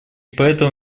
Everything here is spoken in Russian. поэтому